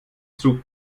zug